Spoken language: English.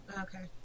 Okay